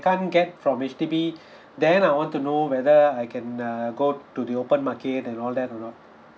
can't get from H_D_B then I want to know whether I can uh go to the open market and all that or not